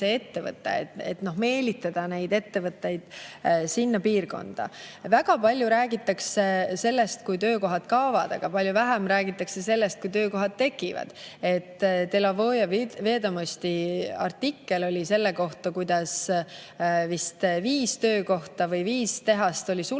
et meelitada ettevõtteid sinna piirkonda. Väga palju räägitakse sellest, et töökohad kaovad, aga palju vähem räägitakse sellest, kui töökohad tekivad. Delovõje Vedomosti artikkel oli selle kohta, kuidas vist viis töökohta või viis tehast oli suletud,